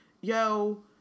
yo